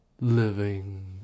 living